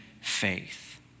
faith